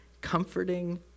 comforting